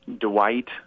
Dwight